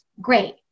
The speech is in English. great